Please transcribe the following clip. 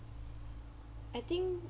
I think